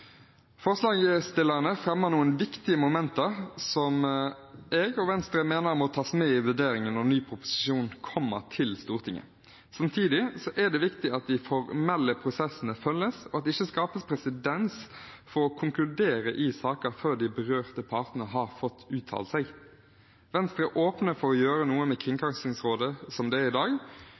Forslagsstillerne fremmer noen viktige momenter som jeg og Venstre mener må tas med i vurderingen når ny proposisjon kommer til Stortinget. Samtidig er det viktig at de formelle prosessene følges, og at det ikke skapes presedens for å konkludere i saker før de berørte partene har fått uttalt seg. Venstre er åpen for å gjøre noe med Kringkastingsrådet slik det er i dag,